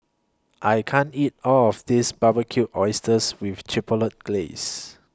I can't eat All of This Barbecued Oysters with Chipotle Glaze